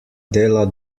dela